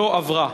נתקבלה.